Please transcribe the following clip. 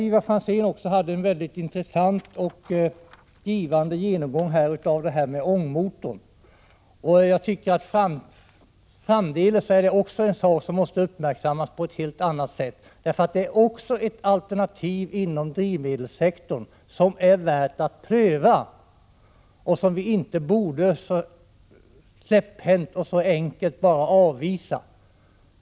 Ivar Franzén hade en intressant och givande genomgång när det gällde framtagningen av en ångmotor. Också det är något som framdeles måste uppmärksammas på ett helt annat sätt. Det är ytterligare ett alternativ inom drivmedelssektorn som det är värt att pröva och som man inte bara släpphänt bör avvisa.